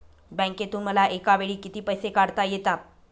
बँकेतून मला एकावेळी किती पैसे काढता येतात?